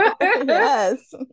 yes